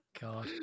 God